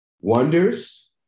Wonders